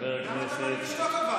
אבל למה אתה אומר לי לשתוק?